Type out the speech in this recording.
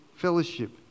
Fellowship